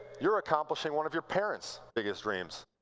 you're accomplishing one of your parents' biggest dreams.